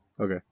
Okay